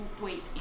wait